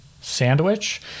sandwich